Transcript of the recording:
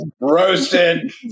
Roasted